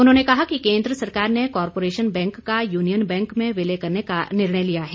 उन्होंने कहा कि केंद्र सरकार ने कारपोरेशन बैंक का यूनियन बैंक में विलय करने का निर्णय लिया है